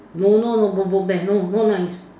no no no bom bom bear no not nice